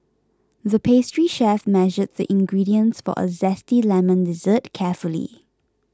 the pastry chef measured the ingredients for a Zesty Lemon Dessert carefully